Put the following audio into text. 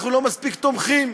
אנחנו לא מספיק תומכים,